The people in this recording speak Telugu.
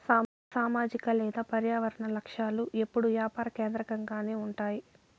సామాజిక లేదా పర్యావరన లక్ష్యాలు ఎప్పుడూ యాపార కేంద్రకంగానే ఉంటాయి